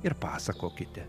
ir pasakokite